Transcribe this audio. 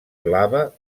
blava